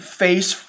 face